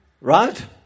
Right